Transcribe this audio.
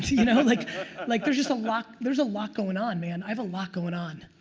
you know, like like there's just a lot, there's a lot going on, man. i have a lot going on.